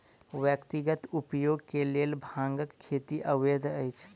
व्यक्तिगत उपयोग के लेल भांगक खेती अवैध अछि